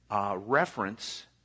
reference